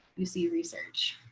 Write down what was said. you see research.